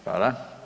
Hvala.